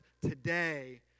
today